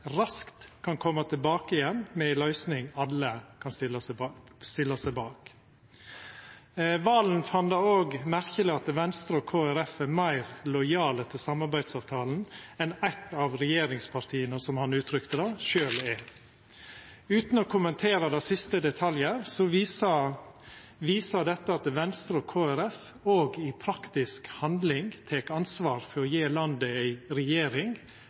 raskt kan koma tilbake med ei løysing alle kan stilla seg bak. Serigstad Valen fann det òg merkeleg at Venstre og Kristeleg Folkeparti er meir lojale overfor samarbeidsavtalen enn eitt av regjeringspartia sjølv er, som han uttrykte det. Utan at eg vil kommentera det siste i detalj, så viser dette at Venstre og Kristeleg Folkeparti òg i praktisk handling tek ansvar for å gje landet ei regjering